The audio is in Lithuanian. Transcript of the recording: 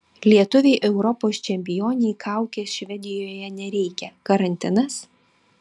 lietuvei europos čempionei kaukės švedijoje nereikia karantinas